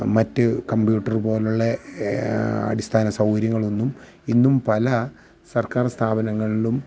മറ്റ് കമ്പ്യൂട്ടർ പോലുള്ള അടിസ്ഥാന സൗകര്യങ്ങളൊന്നും ഇന്നും പല സർക്കാർ സ്ഥാപനങ്ങളിലും